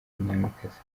umwamikazi